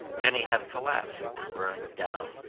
many have collapsed or burned down.